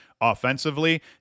offensively